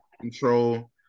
control